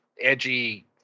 edgy